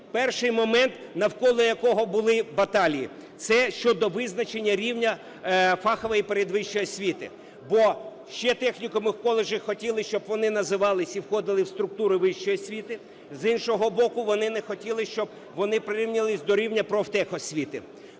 перший момент, навколо якого були баталії, - це щодо визначення рівня фахової передвищої освіти, бо ще в технікумах і в коледжах хотіли, щоб вони називались і входили в структури вищої освіти. З іншого боку, вони не хотіли, щоб вони прирівнювались до рівня профтехосвіти.